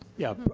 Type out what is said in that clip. yeah,